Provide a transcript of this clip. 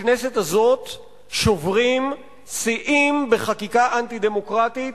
בכנסת הזאת שוברים שיאים בחקיקה אנטי-דמוקרטית,